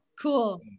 Cool